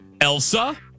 Elsa